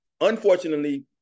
unfortunately